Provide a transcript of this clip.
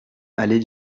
allée